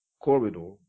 corridor